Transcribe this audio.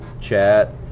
chat